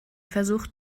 versucht